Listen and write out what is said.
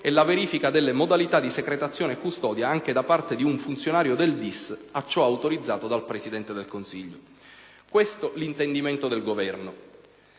e la verifica delle modalità di secretazione e custodia anche da parte di un funzionario del DIS a ciò autorizzato dal Presidente del Consiglio: questo è l'intendimento del Governo.